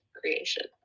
creation